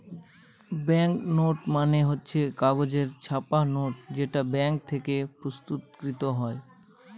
bank note মানে হচ্ছে কাগজে ছাপা নোট যেটা ব্যাঙ্ক থেকে প্রস্তুত কৃত হয়